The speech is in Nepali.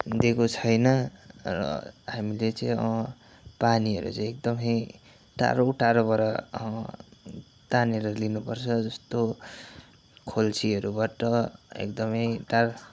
दिएको छैन र हामीले चाहिँ पानीहरू चाहिँ एकदमै टाढो टाढोबाट तानेर लिनुपर्छ जस्तो खोल्सीहरूबाट एकदमै टाढो